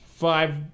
five